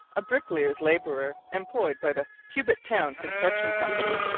a bricklayer's labourer employed by the cubitt town construction company,